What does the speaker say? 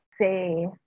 say